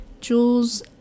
Jules